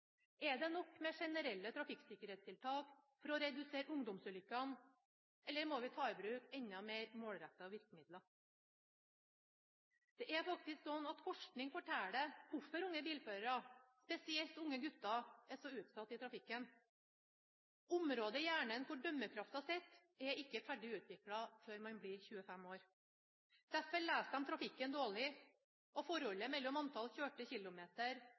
Er det nok med generelle trafikksikkerhetstiltak for å redusere ungdomsulykkene, eller må vi ta i bruk enda mer målrettede virkemidler? Forskning forteller hvorfor unge bilførere, spesielt unge gutter, er så utsatte i trafikken: Området i hjernen hvor dømmekraften sitter, er ikke ferdig utviklet før man blir 25 år. Derfor leser de trafikken dårlig. Forholdet mellom antall